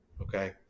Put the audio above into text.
okay